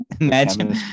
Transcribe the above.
Imagine